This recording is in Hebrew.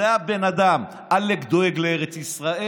זה הבן אדם, עלק דואג לארץ ישראל.